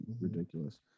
ridiculous